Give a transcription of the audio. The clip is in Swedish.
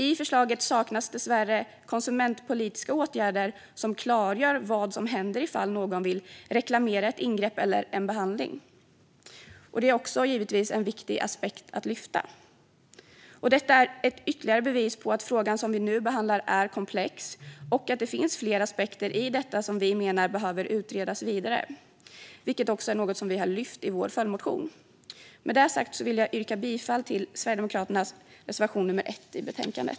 I förslaget saknas dessvärre konsumentpolitiska åtgärder som klargör vad som händer ifall någon vill reklamera ett ingrepp eller en behandling, och det är givetvis också en viktig aspekt att lyfta fram. Detta är ett ytterligare bevis på att frågan som vi nu behandlar är komplex och att det finns fler aspekter i detta som vi menar behöver utredas vidare, vilket också är något som vi har lyft fram i vår följdmotion. Med detta sagt vill jag yrka bifall till Sverigedemokraternas reservation nummer 1 i betänkandet.